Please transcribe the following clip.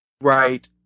Right